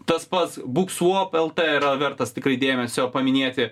tas pats buksuopelte yra vertas tikrai dėmesio paminėti